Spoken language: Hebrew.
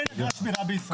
אין אגרת שמירה בישראל.